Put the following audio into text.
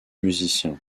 musiciens